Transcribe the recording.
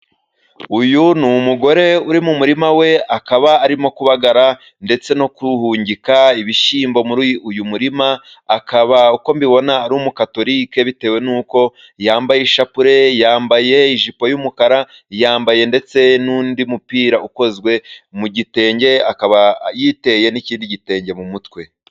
Uyu ni umugore uri mu murima we, akaba arimo kubagara ndetse no guhungika ibishyimbo muri uyu murima, akaba uko mbibona ari umukatorike bitewe n'uko yambaye ishapure, yambaye ijipo y'umukara, yambaye ndetse n'undi mupira ukozwe mu gitenge, akaba yiteye n'ikindi gitenge mu mutwe.